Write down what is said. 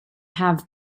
have